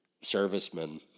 servicemen